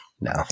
no